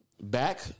Back